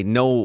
no